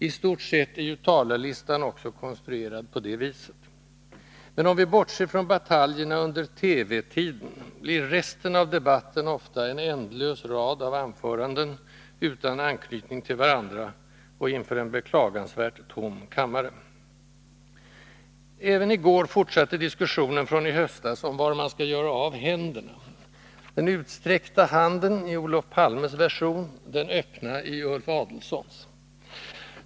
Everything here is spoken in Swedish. I stort sett är ju talarlistan också konstruerad på det viset. Men om vi bortser från bataljerna under TV-tiden, så blir resten av debatten ofta en ändlös rad av anföranden utan anknytning till varandra, och inför en beklagansvärt tom kammare. Även i går fortsatte diskussionen från i höstas om var man skall göra av händerna, den ”utsträckta” handen i Olof Palmes version, den ”öppna” i Ulf Adelsohns.